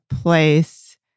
place